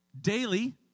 daily